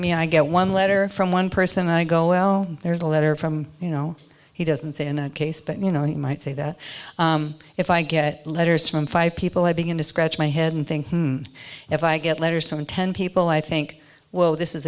me i get one letter from one person i go well there's a letter from you know he doesn't say in a case but you know you might say that if i get letters from five people i begin to scratch my head and think if i get letters from ten people i think well this is